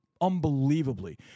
unbelievably